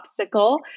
Popsicle